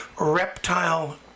Reptile